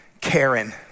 Karen